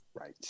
right